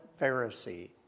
Pharisee